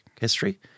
history